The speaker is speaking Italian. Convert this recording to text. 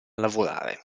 lavorare